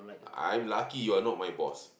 I'm lucky you're not my boss